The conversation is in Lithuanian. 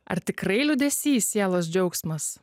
ar tikrai liūdesys sielos džiaugsmas